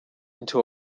into